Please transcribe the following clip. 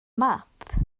map